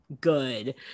good